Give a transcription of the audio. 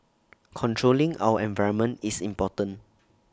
controlling our environment is important